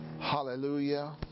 Hallelujah